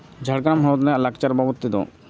ᱡᱷᱟᱲᱜᱨᱟᱢ ᱦᱚᱱᱚᱛ ᱨᱮᱱᱟᱜ ᱞᱟᱠᱪᱟᱨ ᱵᱟᱵᱚᱫ ᱛᱮᱫᱚ